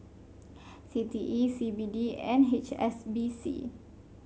C T E C B D and H S B C